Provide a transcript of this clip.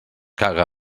caga